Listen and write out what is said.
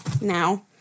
now